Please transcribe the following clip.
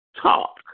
talk